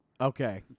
okay